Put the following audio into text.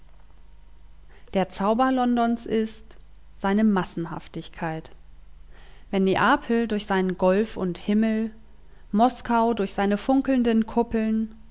der zauber londons ist seine massenhaftigkeit wenn neapel durch seinen golf und himmel moskau durch seine funkelnden kuppeln